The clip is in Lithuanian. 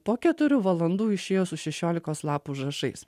po keturių valandų išėjo su šešiolikos lapų užrašais